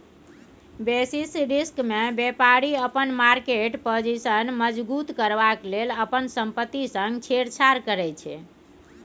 basis रिस्कमे बेपारी अपन मार्केट पाजिशन मजगुत करबाक लेल अपन संपत्ति संग छेड़छाड़ करै छै